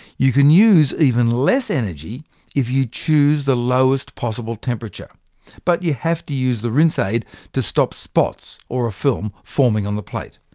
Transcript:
you can use even less energy if you choose the lowest possible temperature but you have to use the rinse aid to stop spots or a film forming on the plate.